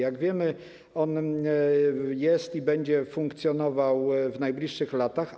Jak wiemy, on jest i będzie funkcjonował w najbliższych latach.